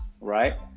right